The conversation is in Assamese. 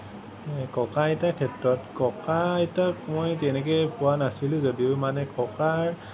ককা আইতাৰ ক্ষেত্ৰত ককা আইতাক মই তেনেকে পোৱা নাছিলোঁ যদিও মানে ককাৰ